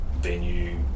venue